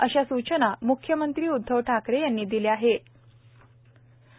अशासूचनामुख्यमंत्रीउद्धवठाकरेयांनीदिल्याआहेत